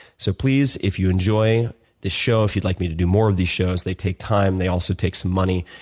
so please, if you enjoy this show, if you'd like me to do more of these shows they take time, they also take some money,